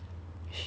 which is like what